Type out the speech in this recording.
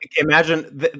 imagine